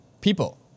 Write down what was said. people